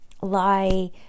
lie